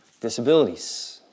disabilities